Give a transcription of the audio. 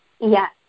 Yes